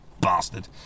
bastard